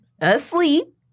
asleep